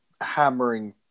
hammering